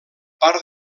part